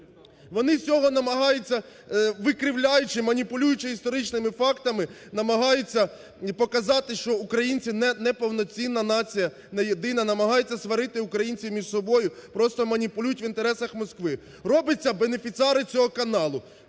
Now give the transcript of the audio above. Вони з цього намагаються, викривляючи, маніпулюючи історичними фактами, намагаються показати, що українці неповноцінна нація, не єдина, намагаються сварити українців між собою, просто маніпулюють в інтересах Москви. Робиться… бенефіціари цього каналу: